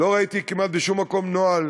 לא ראיתי כמעט בשום מקום נוהל